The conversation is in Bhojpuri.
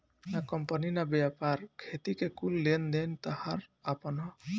ना कंपनी ना व्यापार, खेती के कुल लेन देन ताहार आपन ह